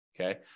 okay